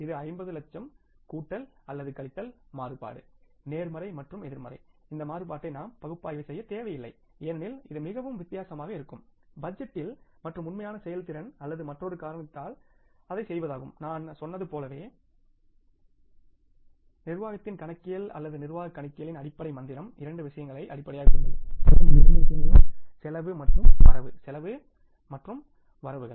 இது 50 லட்சம் கூட்டல் அல்லது கழித்தல் மாறுபாடு நேர்மறை மற்றும் எதிர்மறை இந்த மாறுபாட்டை நாம் பகுப்பாய்வு செய்யத் தேவையில்லை ஏனெனில் இது மிகவும் வித்தியாசமாக இருக்கும் பட்ஜெட்டில் மற்றும் உண்மையான செயல்திறன் அல்லது மற்றொரு காரணத்தில் அதைச் செய்வதாகும் நான் சொன்னது போலவே நிர்வாகத்தின் கணக்கியல் அல்லது நிர்வாக கணக்கியலின் அடிப்படை மந்திரம் இரண்டு விஷயங்களை அடிப்படையாகக் கொண்டது மேலும் இந்த இரண்டு விஷயங்களும் செலவு மற்றும் வரவு செலவு மற்றும் வரவுகள்